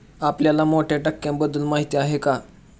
आपल्याला मोठ्या टाक्यांबद्दल माहिती आहे का?